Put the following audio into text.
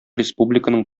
республиканың